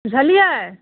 बुझलियै